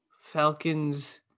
Falcon's